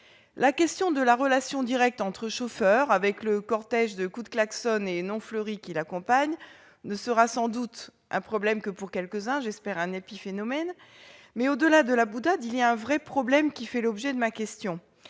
La question de la relation directe entre chauffeurs, avec le cortège de coups de klaxon et de noms fleuris qui les accompagne, ne sera sans doute un problème que pour quelques-uns- j'espère un épiphénomène. Au-delà de la boutade, il y a un vrai problème, et c'est l'objet de ma question